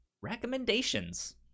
recommendations